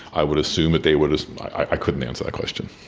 i would assume that they were just, i couldn't answer that question.